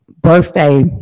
birthday